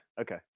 Okay